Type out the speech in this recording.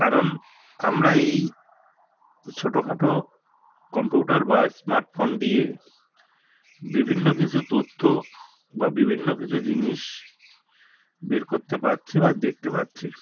কারণ আমরা এই ছোটোখাটো কম্পিউটার বা স্মার্ট ফোন দিয়ে বিভিন্ন কিছু তথ্য বা বিভিন্ন কিছু জিনিস বের করতে পারছি বা দেখতে পাচ্ছি